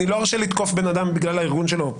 אני לא ארשה לתקוף כאן בן אדם בגלל הארגון שלו.